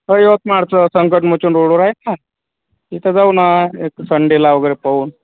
हो यवतमाळचं संकटमोचन रोडवर आहे ना तिथं जाऊ ना एक संडेला वगैरे पाहून